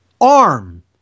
arm